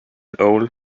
old